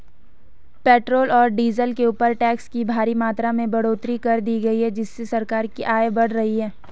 petrol और diesel के ऊपर टैक्स की भारी मात्रा में बढ़ोतरी कर दी गई है जिससे सरकार की आय बढ़ रही है